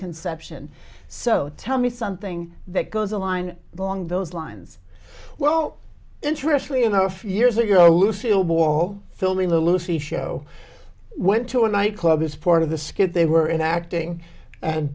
conception so tell me something that goes a line along those lines well interestingly enough years ago lucille ball filming the lucy show went to a nightclub as part of the skit they were in acting and